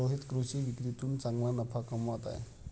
रोहित कृषी विक्रीतून चांगला नफा कमवत आहे